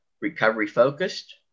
recovery-focused